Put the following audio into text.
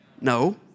No